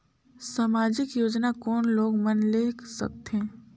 समाजिक योजना कोन लोग मन ले सकथे?